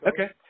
Okay